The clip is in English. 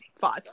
five